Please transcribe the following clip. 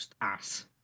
ass